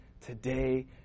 today